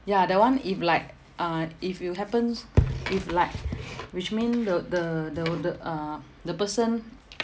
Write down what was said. ya that [one] if like uh if you happens if like which mean the the the the uh the person